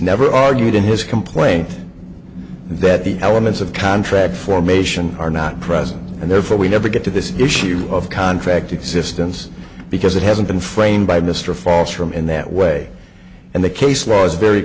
never argued in his complaint that the elements of contract formation are not present and therefore we never get to this issue of contract existence because it hasn't been framed by mr false from in that way and the case law is very